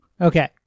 Okay